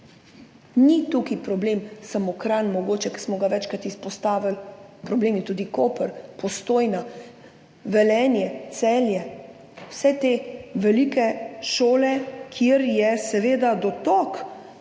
Ni tu problem samo Kranj, ki smo ga večkrat izpostavili, problem so tudi Koper, Postojna, Velenje, Celje, vse te velike šole, kjer je seveda dotok,